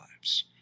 lives